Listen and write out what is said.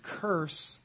curse